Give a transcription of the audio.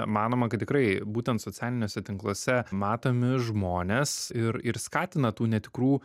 manoma kad tikrai būtent socialiniuose tinkluose matomi žmonės ir ir skatina tų netikrų